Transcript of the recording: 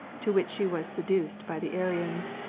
to which she was seduced by the arians.